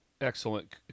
Excellent